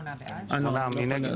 בעד,